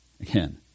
again